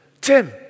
Tim